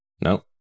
No